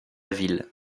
ville